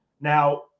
Now